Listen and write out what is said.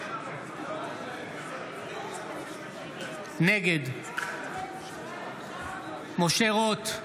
נגד משה רוט,